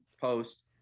post